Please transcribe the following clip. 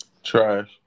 Trash